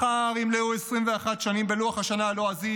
מחר ימלאו 21 שנים בלוח השנה הלועזי